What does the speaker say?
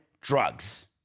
drugs